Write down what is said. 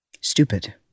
stupid